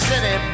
City